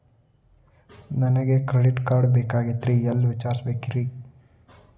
ನನಗೆ credit card ಬೇಕಾಗಿತ್ರಿ ಎಲ್ಲಿ ವಿಚಾರಿಸಬೇಕ್ರಿ?